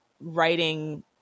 writing